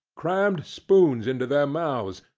crammed spoons into their mouths,